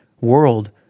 world